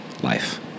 life